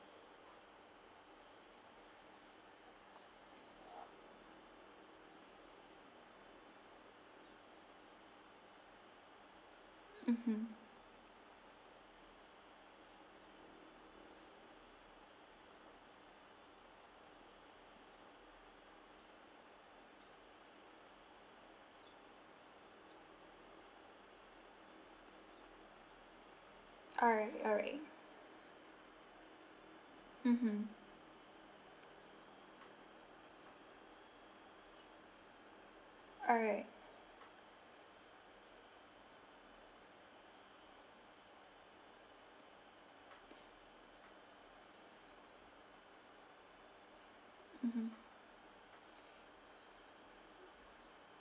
mmhmm alright alright mmhmm alright mmhmm